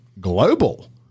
global